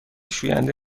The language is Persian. شوینده